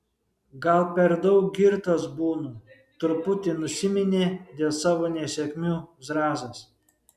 gal per daug girtas būnu truputi nusiminė dėl savo nesėkmių zrazas